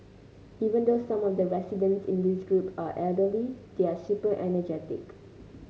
even though some of the residents in this group are elderly they are super energetic